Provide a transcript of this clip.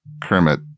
Kermit